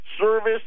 service